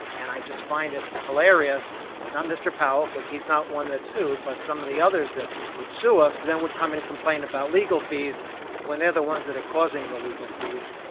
and i just find it hilarious not mr. powell because he's not one that sued, but some of the others that would sue us then would come and complain about legal fees when they're the ones that are causing the legal fees,